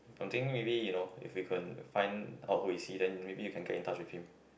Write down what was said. I am thinking maybe you know if we can find out who is he then maybe we can get in touch with him